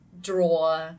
draw